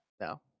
No